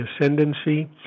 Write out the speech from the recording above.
ascendancy